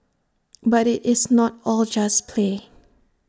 but IT is not all just play